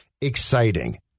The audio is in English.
exciting